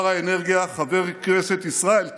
שר האנרגיה, חבר הכנסת ישראל כץ,